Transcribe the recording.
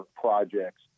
projects